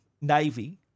Navy